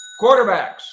Quarterbacks